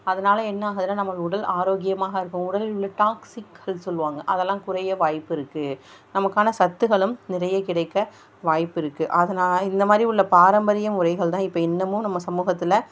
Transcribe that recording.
அதுனால் என்ன ஆகுதுன்னா நம்ம உடல் ஆரோக்கியமாக இருக்கும் உடலில் உள்ள டாக்சிக் சொல்வாங்க அதலாம் குறைய வாய்ப்பிருக்கு நமக்கான சத்துகளும் நிறைய கிடைக்க வாய்ப்பிருக்கு அது இந்த மாதிரி உள்ள பாரம்பரிய முறைகள் தான் இப்போ இன்னமும் நம்ம சமூகத்தில்